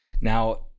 Now